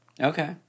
Okay